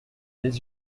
les